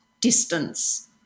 distance